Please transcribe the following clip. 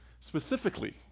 specifically